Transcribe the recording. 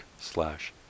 slash